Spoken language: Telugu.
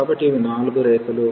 కాబట్టి ఇవి నాలుగు రేఖలు